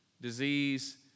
disease